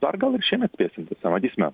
dar gal ir šiemet spėsim tiesa matysime